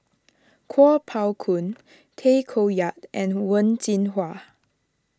Kuo Pao Kun Tay Koh Yat and Wen Jinhua